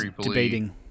debating